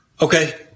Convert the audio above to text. Okay